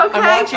Okay